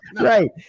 Right